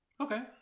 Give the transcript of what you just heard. Okay